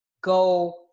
go